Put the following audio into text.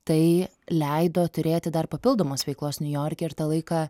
tai leido turėti dar papildomos veiklos niujorke ir tą laiką